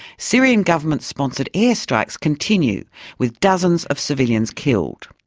syrian government sponsored airstrikes continue with dozens of civilians killed.